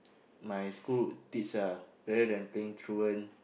my school teach ah rather than playing truant